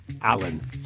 Allen